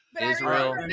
Israel